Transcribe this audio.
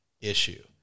issue